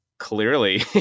clearly